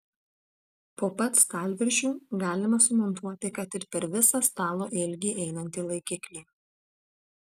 po pat stalviršiu galima sumontuoti kad ir per visą stalo ilgį einantį laikiklį